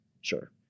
Sure